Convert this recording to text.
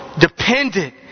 dependent